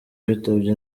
bitabye